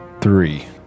three